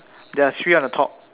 there's three on the top